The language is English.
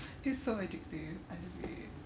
it's so addictive I love it